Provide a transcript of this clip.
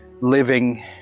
living